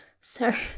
Sir